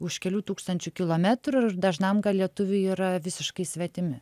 už kelių tūkstančių kilometrų dažnam lietuviui yra visiškai svetimi